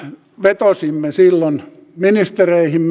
hän petasimme silloin menneistä mm